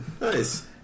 Nice